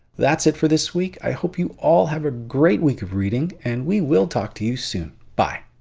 that's it for this week i hope you all have a great week of reading and we will talk to you soon. bye